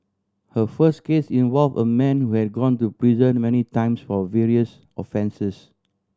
her first case involve a man who had gone to prison many times for various offences